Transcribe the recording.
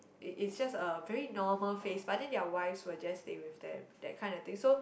it is just a very normal phase but then their wives will just stay with them that kind of thing so